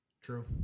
true